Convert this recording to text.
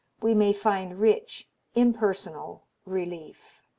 we may find rich impersonal relief.